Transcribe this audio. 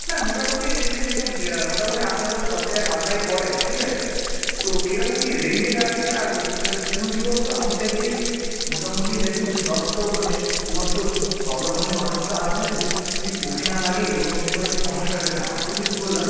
না মোটামোটি রেঞ্জে দেখুন যা মোটামোটি আপনারা তো সব জায়গায় সাপ্লাই করেন ঠিক আছে তো কেরকম কী রেঞ্জের আছে আর একটু যা দেখুন কী বলুন তো আমি চাইছি মোটামোটি দেখুন সব তো মানে শুধুমাত্র সব ধরনের মানুষই তো আসবেন যদি কিছু চোখে না লাগে এবং এতে করে সমস্যা যাতে না হয় বুঝলেন কী বললাম